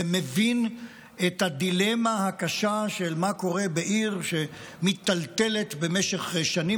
ומבין את הדילמה הקשה של מה שקורה בעיר שמיטלטלת במשך שנים